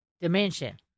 dimension